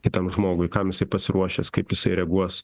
kitam žmogui kam jisai pasiruošęs kaip jisai reaguos